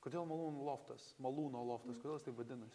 kodėl malūnų loftas malūno loftas kodėl jis taip vadinas